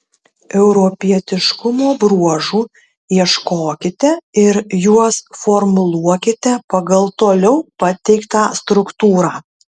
europietiškumo bruožų ieškokite ir juos formuluokite pagal toliau pateiktą struktūrą